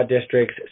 District's